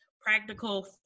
practical